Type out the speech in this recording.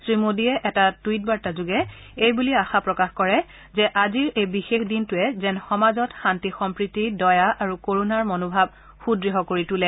শ্ৰীমোদীয়ে এটা টুইট বাৰ্তাযোগে এই বুলি আশা প্ৰকাশ কৰে যে আজিৰ এই বিশেষ দিনটোৱে যেন সমাজত শান্তি সম্প্ৰীতি দয়া আৰু কৰুণাৰ মনোভাৱ সুদৃঢ় কৰি তোলে